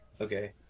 Okay